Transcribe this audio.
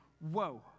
whoa